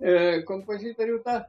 e kompozitorių tą